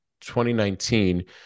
2019